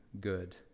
good